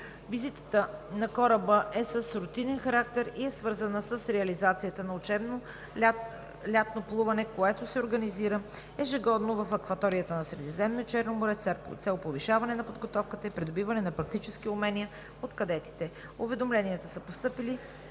Визитата на кораба е с рутинен характер и е свързана с реализацията на учебно лятно плуване, което се организира ежегодно в акваториите на Средиземно море и Черно море с цел повишаване на подготовката и придобиване на практически умения от кадетите. Уведомленията са постъпили